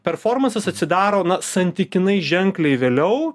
performansas atsidaro na santykinai ženkliai vėliau